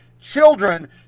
children